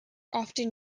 often